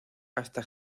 hasta